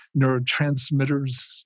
neurotransmitters